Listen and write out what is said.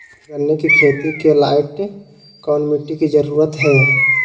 गन्ने की खेती के लाइट कौन मिट्टी की जरूरत है?